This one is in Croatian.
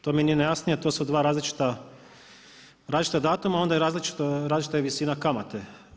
To mi nije najjasnije, to su dva različita datuma, onda je različita visina kamate.